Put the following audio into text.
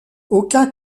aucun